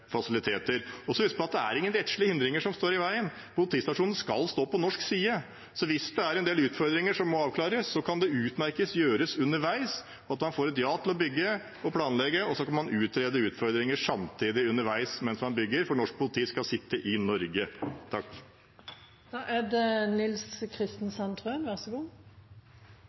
er noen rettslige hindringer som står i veien. Politistasjonen skal stå på norsk side. Så hvis det er en del utfordringer som må avklares, kan det utmerket gjøres underveis – at man får et ja til å planlegge og bygge, og så kan man utrede utfordringer underveis, samtidig som man bygger, for norsk politi skal sitte i Norge. Oppsummeringen av denne debatten er at det